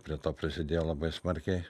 prie to prasidėjo labai smarkiai